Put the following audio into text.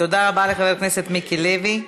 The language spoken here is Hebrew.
תודה רבה לחבר הכנסת מיקי לוי.